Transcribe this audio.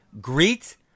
Greet